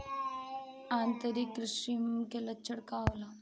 आंतरिक कृमि के लक्षण का होला?